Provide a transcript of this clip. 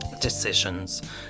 decisions